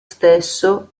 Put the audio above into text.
stesso